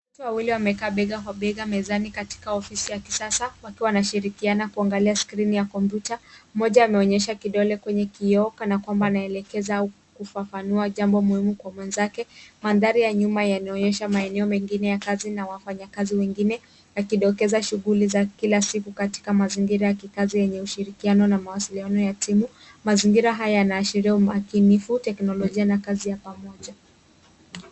Watu wawili wamekaa bega kwa bega mezani katika ofisi ya kisasa wakiwa wanashirikiana kuangalia skrini ya komputa. Mmoja amelekeza kidole kwenye kioo kana kwamba anaeleza au kufafanua jambo muhimu kwa mwenzake. Mandhari ya nyuma yanaonyesha maeneo mengine ya kazi na wafanyakazi wengine yakidokeza shughuli za kila siku katika mazingira ya kikazi yenye ushirikiano na mawasiliano ya timu. Mazingira haya yanaashiria umakinifu, teknolojia na kazi ya pamoja.